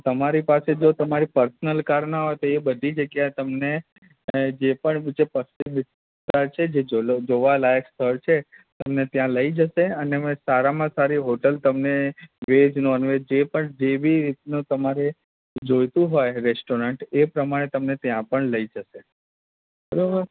તો તમારી પાસે જો તમારી પર્સનલ કાર ના હોય તો એ બધી જગ્યા એ તમને જે પણ જે પશ્ચિમ વિસ્તાર છે જે જોલો જોવાલાયક સ્થળ છે અને તમને ત્યાં લઇ જશે અને સારામાં સારી હોટલ તમને વેજ નોન વેજ જે પણ જે બી રીતનું તમારે જોઈતું હોય રેસ્ટોરન્ટ એ પ્રમાણે તમને ત્યાં પણ લઇ જશે બરાબર